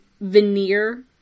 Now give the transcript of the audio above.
veneer